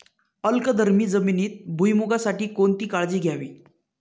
अल्कधर्मी जमिनीत भुईमूगासाठी कोणती काळजी घ्यावी?